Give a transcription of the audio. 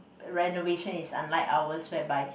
renovation is unlike ours whereby